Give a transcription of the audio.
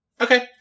Okay